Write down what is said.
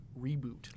reboot